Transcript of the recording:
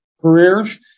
careers